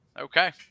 Okay